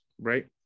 right